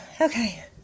Okay